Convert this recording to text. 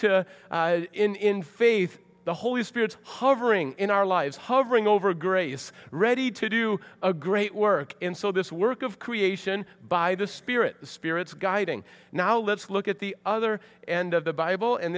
to in faith the holy spirit hovering in our lives hovering over grace ready to do a great work in so this work of creation by the spirit spirits guiding now let's look at the other end of the bible and